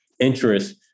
interest